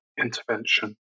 intervention